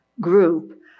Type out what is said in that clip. group